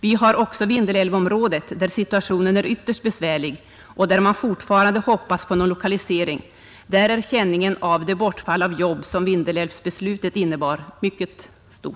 Vi har också Vindelnområdet där situationen är ytterst besvärlig och där man fortfarande hoppas på någon lokalisering. Där är känningen av de bortfall av jobb som Vindelälvsbeslutet innebar mycket stor.